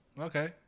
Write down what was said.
Okay